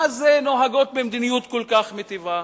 מה זה נוהגות במדיניות כל כך מיטיבה.